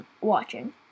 watching